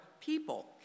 people